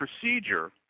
procedure